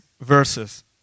verses